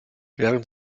während